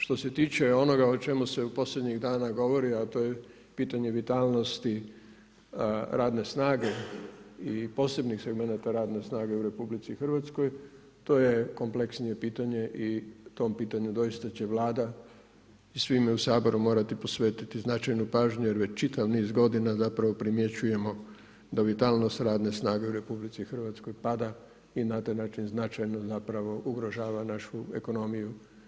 Što se tiče onoga o čemu se posljednjih dana govori, a to je pitanje vitalnosti radne snage i posebnih segmenata radne snage u RH, to je kompleksnije pitanje i o tom pitanju doista će Vlada svim u Saboru morati posvetiti značajnu pažnju, jer već čitav niz godina zapravo primjećujemo, da vitalnost radne snage u RH, pada i na taj način značajno ugrožava našu ekonomiju.